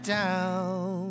down